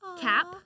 cap